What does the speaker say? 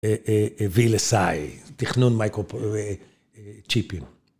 ווילסאי, תיכנון מיקרו צ'יפים.